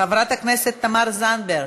חברת הכנסת תמר זנדברג,